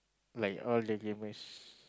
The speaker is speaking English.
like all the gamers